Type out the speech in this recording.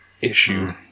...issue